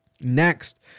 next